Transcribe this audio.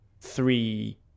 three